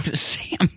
Sam